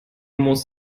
muss